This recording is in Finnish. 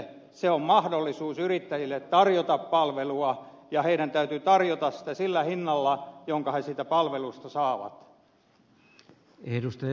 se on yrittäjille mahdollisuus tarjota palvelua ja heidän täytyy tarjota sitä sillä hinnalla jonka he siitä palvelusta saavat